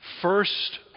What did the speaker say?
first